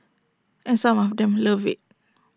and some of them love IT